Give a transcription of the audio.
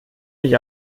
ich